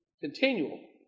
continual